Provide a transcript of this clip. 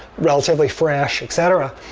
relatively fresh, et cetera.